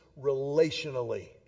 relationally